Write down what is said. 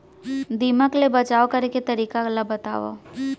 दीमक ले बचाव करे के तरीका ला बतावव?